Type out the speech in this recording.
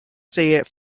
said